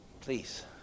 please